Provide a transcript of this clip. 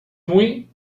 muy